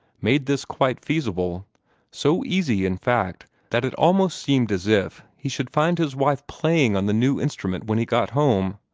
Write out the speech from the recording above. made this quite feasible so easy, in fact, that it almost seemed as if he should find his wife playing on the new instrument when he got home.